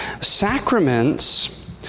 Sacraments